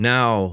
Now